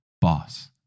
boss